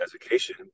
education